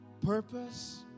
purpose